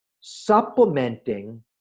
supplementing